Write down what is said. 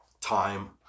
time